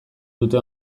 dute